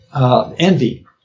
envy